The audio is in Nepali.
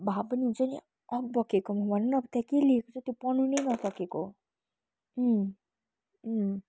भए पनि हुन्छ नि अकमकिएको भन् न त्यहाँ के लेखेको छ त्यो पढ्नु नै न सकेको